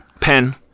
pen